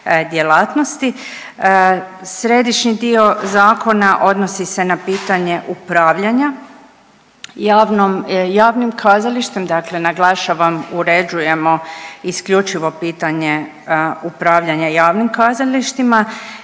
Središnji dio zakona odnosi se na pitanje upravljanja javnom, javnim kazalištem dakle naglašavam uređujemo isključivo pitanja upravljanja javnim kazalištima